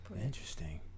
Interesting